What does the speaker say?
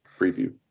preview